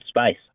space